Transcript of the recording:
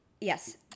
Yes